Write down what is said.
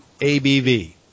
ABV